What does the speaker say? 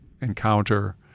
encounter